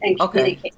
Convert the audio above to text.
Okay